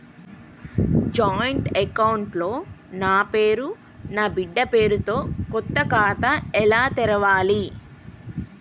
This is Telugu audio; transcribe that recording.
జాయింట్ అకౌంట్ లో నా పేరు నా బిడ్డే పేరు తో కొత్త ఖాతా ఎలా తెరవాలి?